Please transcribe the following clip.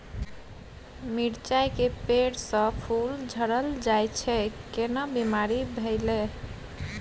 मिर्चाय के पेड़ स फूल झरल जाय छै केना बीमारी भेलई?